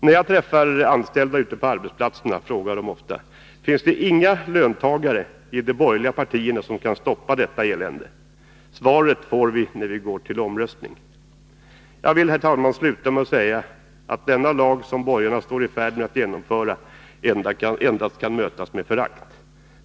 När jag träffar anställda ute på arbetsplatserna frågar de ofta: Finns det inga löntagare i de borgerliga partierna som kan stoppa detta elände? Svaret får vi, när vi går till omröstning. Jag vill, herr talman, sluta med att säga att den lag som borgarna nu är i färd med att genomföra endast kan mötas med förakt.